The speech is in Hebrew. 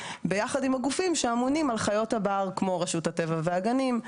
ביחד עם הגופים שאמונים על חיות הבר כמו רשות הטבע והגנים,